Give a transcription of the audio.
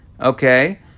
okay